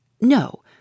No